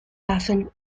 waffen